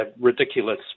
ridiculous